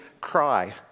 cry